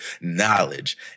knowledge